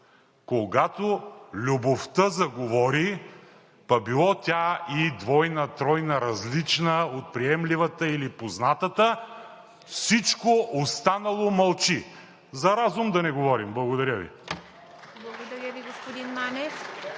когато любовта заговори, па било тя и двойна, тройна, различна от приемливата или от познатата, всичко останало мълчи. За разум да не говорим! Благодаря Ви. (Ръкопляскания